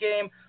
game